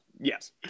Yes